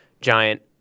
giant